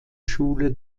schule